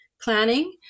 planning